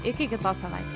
iki kitos savaitės